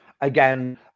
again